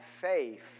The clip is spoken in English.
faith